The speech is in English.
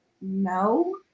no